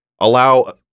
Allow